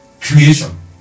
creation